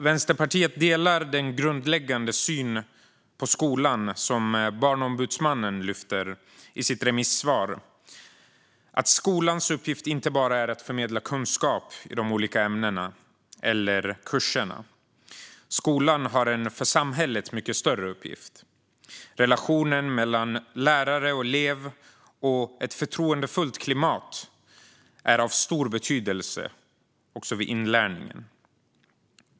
Vänsterpartiet delar den grundläggande syn på skolan som Barnombudsmannen lyfter fram i sitt remissvar att skolans uppgift inte bara är att förmedla kunskap i de olika ämnena eller kurserna. Skolan har en för samhället mycket större uppgift. Relationen mellan lärare och elev och ett förtroendefullt klimat är av stor betydelse vid inlärningen.